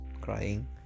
crying